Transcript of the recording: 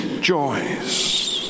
joys